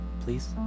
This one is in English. please